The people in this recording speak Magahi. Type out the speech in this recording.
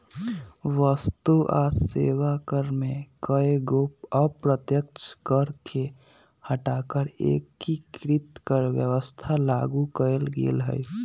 वस्तु आ सेवा कर में कयगो अप्रत्यक्ष कर के हटा कऽ एकीकृत कर व्यवस्था लागू कयल गेल हई